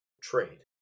trade